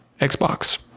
Xbox